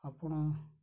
ଆପଣ